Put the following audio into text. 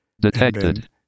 Detected